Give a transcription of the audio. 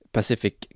Pacific